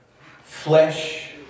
Flesh